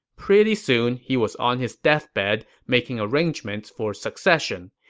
pretty soon, he was on his deathbed, making arrangements for succession.